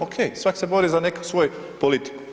Okej, svak se bori za neku svoju politiku.